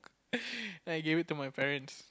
then I give it to my parents